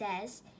says